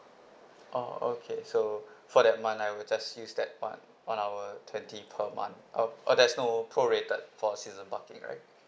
orh okay so for that month I will just use that [one] one hour twenty per month uh uh there's no prorated for season parking right